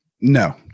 no